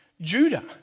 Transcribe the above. Judah